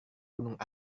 gunung